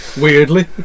Weirdly